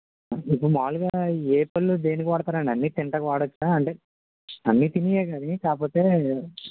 అంటే ఇప్పుడు మామూలుగా ఏ పళ్ళు దేనికి వాడతారండి అన్నీ తినటానికి వాడొచ్చా అంటే అన్నీ తినేవే కానీ కాకపోతే